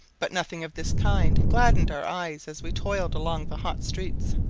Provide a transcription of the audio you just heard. but nothing of this kind gladdened our eyes as we toiled along the hot streets.